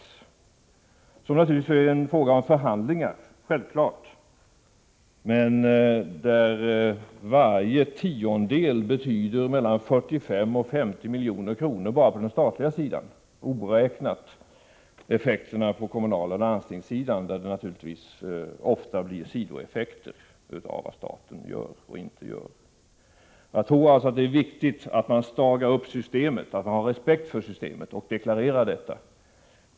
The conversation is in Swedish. Vilka dessa procenttal blir är självfallet en fråga som avgörs i förhandlingar, men varje tiondel betyder mellan 45 och 50 milj.kr. bara på den statliga sidan, alltså oräknat utfallet på kommunaloch landstingssidan, där åtgärder från statens sida ofta får sidoeffekter. Jag tror alltså att det är viktigt att man stagar upp systemet, att man hyser respekt för det och deklarerar detta.